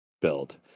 build